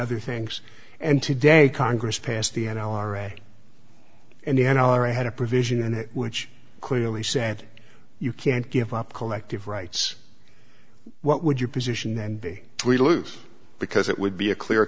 other things and today congress passed the n r a and the n r a had a provision in it which clearly said you can't give up collective rights what would you position and we loose because it would be a clear